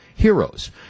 heroes